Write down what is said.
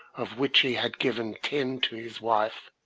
of which he had given ten to his wife,